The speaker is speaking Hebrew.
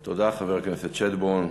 תודה, חבר הכנסת שטבון.